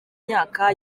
myaka